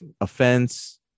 offense